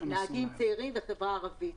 נהגים צעירים וחברה ערבית.